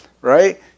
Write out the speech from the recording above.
right